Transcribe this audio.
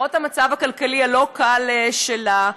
למרות המצב הכלכלי הלא-קל שלה,